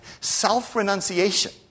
Self-renunciation